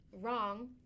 wrong